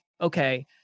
Okay